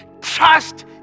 trust